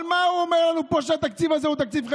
על מה הוא אומר לנו פה שהתקציב הזה הוא תקציב חברתי?